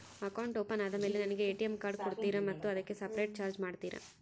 Account open ಆದಮೇಲೆ ನನಗೆ ATM card ಕೊಡ್ತೇರಾ ಮತ್ತು ಅದಕ್ಕೆ ಸಪರೇಟ್ ಚಾರ್ಜ್ ಮಾಡ್ತೇರಾ?